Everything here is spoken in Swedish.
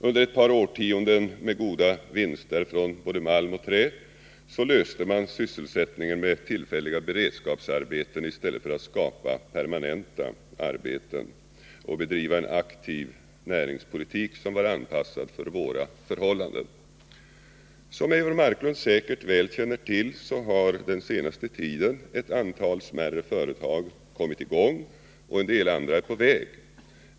Under ett par årtionden med goda vinster från såväl malm som trä löste man frågan om sysselsättning med tillfälliga beredskapsarbeten i stället för att skapa permanenta arbeten och bedriva en aktiv näringspolitik som var anpassad till våra förhållanden. Som Eivor Marklund säkert väl känner till har under den senaste tiden ett antal smärre företag kommit i gång och en del andra är på väg.